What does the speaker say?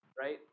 right